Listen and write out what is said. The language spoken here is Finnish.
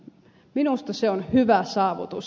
minusta se on hyvä saavutus